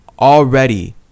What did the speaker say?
already